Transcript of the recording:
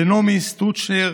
לנעמי סטוצ'ינר,